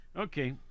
Okay